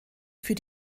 für